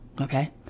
Okay